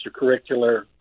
extracurricular